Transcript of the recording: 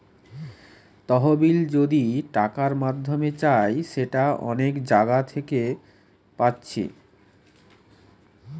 তহবিল যদি টাকার মাধ্যমে চাই সেটা অনেক জাগা থিকে পাচ্ছি